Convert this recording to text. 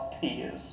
tears